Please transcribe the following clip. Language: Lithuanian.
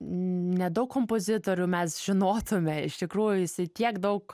nedaug kompozitorių mes žinotume iš tikrųjų jisai tiek daug